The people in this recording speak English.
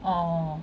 orh